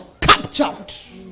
captured